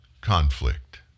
conflict